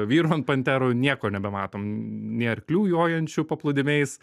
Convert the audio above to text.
vyrų and panterų nieko nebematom nei arklių jojančių paplūdimiais